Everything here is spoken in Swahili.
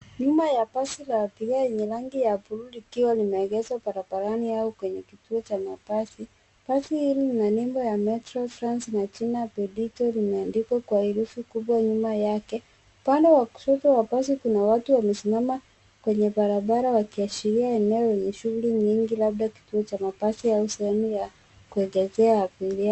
Nyuma ya basi la abiria lenye rangi ya buluu likiwa limeegezwa barabarani au kwenye kituo cha mabasi .Basi hili lina nebo ya Metro trans na jina Bendito limeandikwa kwa herufi kubwa nyuma yake. Upande wa kushoto wa basi kuna watu wamesimama kwenye barabara wakiashiria eneo lenye shughuli nyingi labda kituo cha mabasi au sehemu ya kuegezea abiria.